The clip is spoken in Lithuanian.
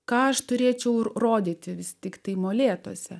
ką aš turėčiau rodyti vis tiktai molėtuose